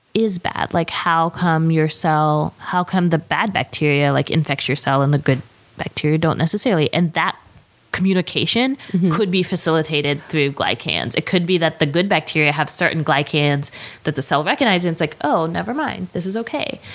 is bad. like, how come your cell, how come the bad bacteria, like, infects your cell and the good bacteria don't necessarily? and that communication could be facilitated through glycans. it could be that the good bacteria have certain glycans that the cell recognizes and it's like, oh never mind, this is okay.